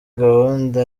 gahunda